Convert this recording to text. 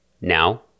Now